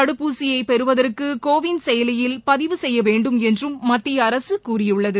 தடுப்பூசியை பெறுவதற்கு கோவின் செயலியில் பதிவு செய்ய வேண்டும் என்றும் மத்திய அரசு கூறியுள்ளது